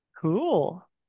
Cool